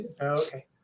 Okay